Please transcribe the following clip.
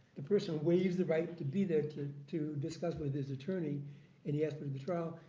the person waives the right to be there to to discuss with his attorney any aspect of the trial.